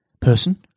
person